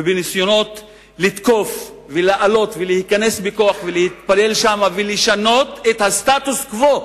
ובניסיונות לתקוף ולעלות ולהיכנס בכוח ולהתפלל שם ולשנות את הסטטוס-קוו,